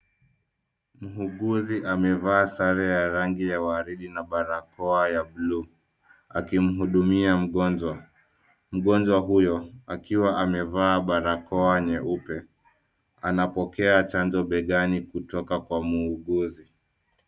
Muuguzi amevaa sare ya rangi ya waridi na barakoa ya buluu, akimhudumia mgonjwa. Mgonjwa huyo, akiwa amevaa barakoa nyeupe, anapokea chanjo begani kutoka kwa muuguzi.